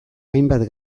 hainbat